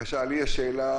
לי יש שאלה,